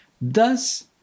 Thus